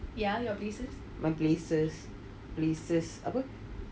my places places apa